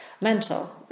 mental